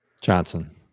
Johnson